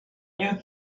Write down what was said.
mieux